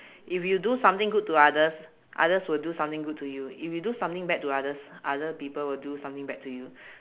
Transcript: if you do something good to others others will do something good to you if you do something bad to others other people will do something bad to you